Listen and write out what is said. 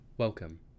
Welcome